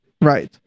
right